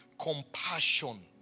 compassion